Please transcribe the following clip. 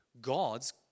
God's